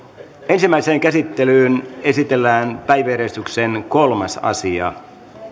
ensimmäiseen käsittelyyn esitellään päiväjärjestyksen kolmas asia